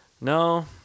No